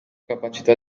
capacità